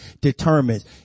determines